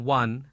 one